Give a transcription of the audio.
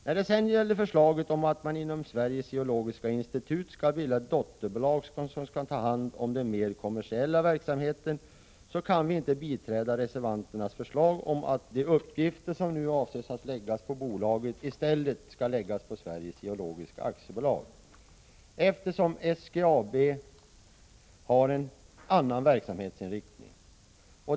När det gäller förslaget om att man inom statens geotekniska institut skall bilda ett dotterbolag som skall ta hand om den mer kommersiella verksamheten, så kan vi inte biträda reservanternas förslag om att de uppgifter som nu avses att läggas på bolaget i stället skall läggas på Sveriges geologiska aktiebolag, eftersom SGAB har en annan verksamhetsinriktning.